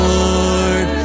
Lord